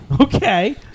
Okay